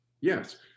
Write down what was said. Yes